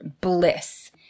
bliss